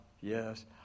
yes